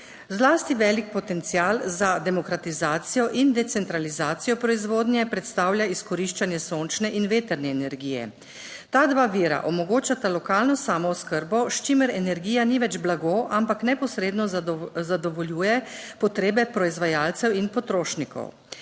Zlasti velik potencial za demokratizacijo in decentralizacijo proizvodnje predstavlja izkoriščanje sončne in vetrne energije. Ta dva vira omogočata lokalno samooskrbo, s čimer energija ni več blago, ampak neposredno zadovoljuje potrebe proizvajalcev in potrošnikov.